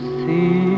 see